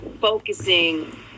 focusing